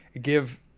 give